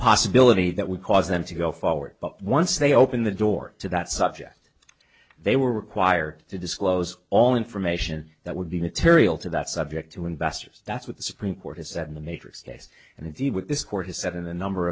possibility that would cause them to go forward but once they open the door to that subject they were required to disclose all information that would be material to that subject to investors that's what the supreme court has said in the matrix case and